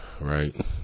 right